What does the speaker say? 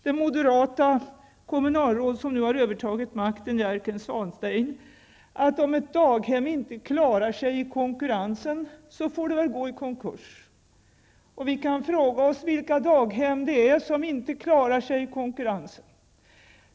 Det moderata kommunalråd som nu har övertagit makten, Jerker Swanstein, säger att om ett daghem inte klarar sig i konkurrensen, får det väl gå i konkurs. Vi kan fråga oss vilka daghem det är som inte klarar sig i konkurrensen.